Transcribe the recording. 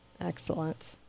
Excellent